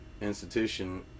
institution